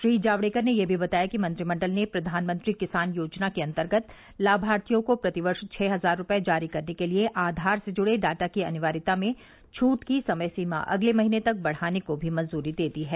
श्री जावडेकर ने यह भी बताया कि मंत्रिमंडल ने प्रधानमंत्री किसान योजना के अन्तर्गत लामार्थियों को प्रतिवर्ष छह हजार रूपए जारी करने के लिए आधार से जुड़े डाटा की अनिवार्यता में छूट की समय सीमा अगले महीने तक बढाने को भी मंजूरी दे दी है